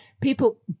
people